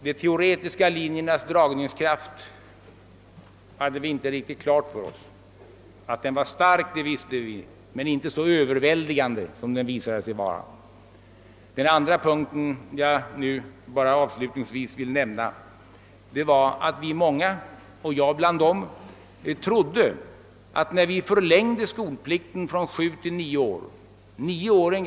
De teoretiska linjernas dragningskraft hade vi inte riktigt klar för oss. Att den var stark visste vi, men vi visste inte att den var så överväldigande stark som det sedan visade sig. Den andra punkten, som jag nu avslutningsvis vill nämna, var att många — och jag bland dem — trodde att det var tillräckligt att förlänga skol plikten från sju till nio år.